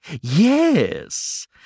Yes